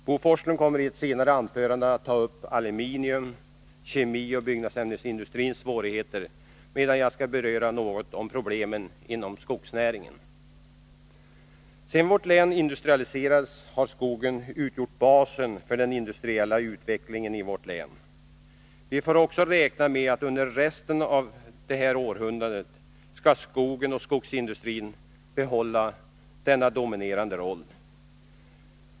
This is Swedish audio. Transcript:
Bo Forslund kommer i ett senare anförande att ta upp aluminium-, kemioch byggnadsämnesindustrins svårigheter, medan jag något skall beröra problemen inom skogsnäringen. Sedan vårt län industrialiserades har skogen utgjort basen för den industriella utvecklingen i länet. Vi får också räkna med att skogen och skogsindustrin under resten av detta århundrade skall behålla denna dominerande roll.